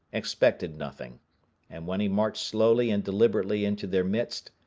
expected nothing and when he marched slowly and deliberately into their midst,